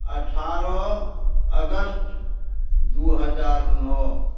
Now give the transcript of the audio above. अठारह अगस्त दू हजार नओ